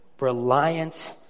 reliance